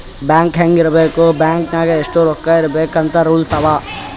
bank ಹ್ಯಾಂಗ್ ಇರ್ಬೇಕ್ bank ನಾಗ್ ಎಷ್ಟ ರೊಕ್ಕಾ ಇರ್ಬೇಕ್ ಅಂತ್ ರೂಲ್ಸ್ ಅವಾ